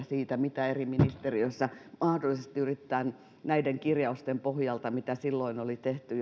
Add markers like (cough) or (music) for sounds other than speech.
(unintelligible) siitä mitä eri ministeriöissä mahdollisesti yritetään näiden kirjausten pohjalta tehdä mitä jo silloin oli tehty (unintelligible)